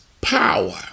power